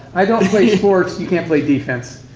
i don't play sports you can't play defense.